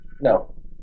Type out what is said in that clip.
No